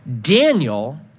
Daniel